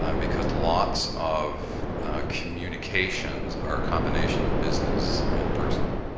um because lots of communications are combination of business and personal.